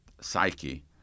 psyche